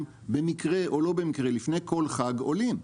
במקרה או לא במקרה לפני כל חג עולים.